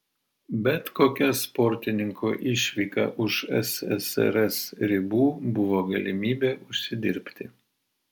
bet kokia sportininko išvyka už ssrs ribų buvo galimybė užsidirbti